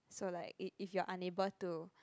so like if you're unable to